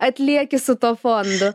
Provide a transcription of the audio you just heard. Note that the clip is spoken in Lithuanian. atlieki su tuo fondu